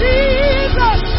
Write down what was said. Jesus